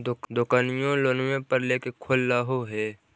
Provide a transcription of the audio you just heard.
दोकनिओ लोनवे पर लेकर खोललहो हे?